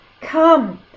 Come